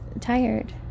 tired